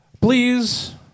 Please